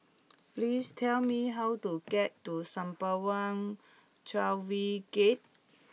please tell me how to get to Sembawang Wharves Gate